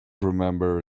remember